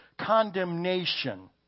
condemnation